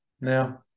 Now